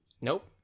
Nope